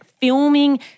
filming